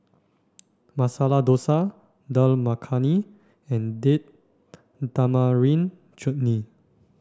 Masala Dosa Dal Makhani and Date Tamarind Chutney